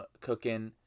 cooking